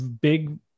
big